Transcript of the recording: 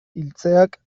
iltzeak